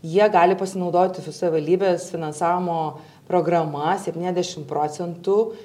jie gali pasinaudoti su savivaldybės finansavimo programa septyniasdešim procentų